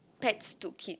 pets to kid